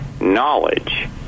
knowledge